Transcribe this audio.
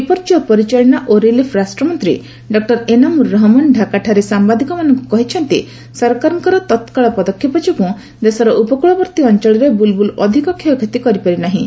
ବିପର୍ଯ୍ୟୟ ପରିଚାଳନା ଓ ରିଲିଫ୍ ରାଷ୍ଟ୍ରମନ୍ତ୍ରୀ ଡକ୍ଟର ଏନାମୁର ରହମନ ଡ଼ାକାଠାରେ ସାମ୍ବାଦିକମାନଙ୍କୁ କହିଛନ୍ତି ସରକାରଙ୍କର ତତ୍କାଳ ପଦକ୍ଷେପ ଯୋଗୁଁ ଦେଶର ଉପକୂଳବର୍ତ୍ତୀ ଅଞ୍ଚଳରେ ବୁଲ୍ବୁଲ୍ ଅଧିକ କ୍ଷୟକ୍ଷତି କରିପାରି ନାହିଁ